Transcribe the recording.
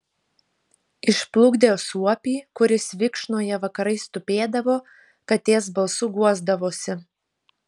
išplukdė suopį kuris vinkšnoje vakarais tupėdavo katės balsu guosdavosi